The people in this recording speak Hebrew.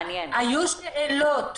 היו שאלות.